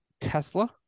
tesla